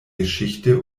geschichte